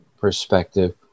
perspective